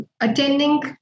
attending